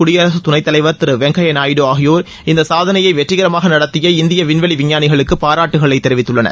குடியரசுத்துணைத்தலைவத் திரு வெங்கய்யா நாயுடு ஆகியோர் இந்த சாதனையை வெற்றிகரமாக நடத்திய இந்திய விண்வெளி விஞ்ஞானிகளுக்கு பாராட்டுகளை தெரிவித்துள்ளனர்